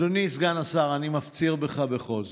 אדוני סגן השר, אני מפציר בך בכל זאת.